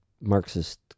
Marxist